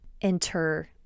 enter